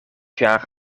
jaar